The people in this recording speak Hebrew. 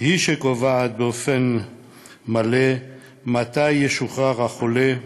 היא שקובעת באופן מלא מתי ישוחרר החולה,